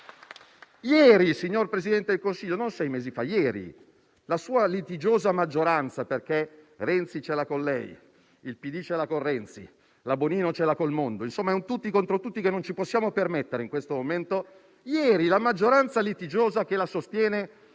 Ieri, signor Presidente del Consiglio - non sei mesi fa - la sua litigiosa maggioranza - Renzi ce l'ha con lei, il PD ce l'ha con Renzi, la Bonino ce l'ha con il mondo, in un tutti contro tutti che non ci possiamo permettere in questo momento -che la sostiene -